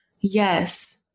Yes